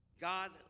God